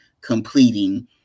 completing